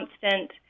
constant